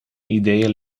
ideeën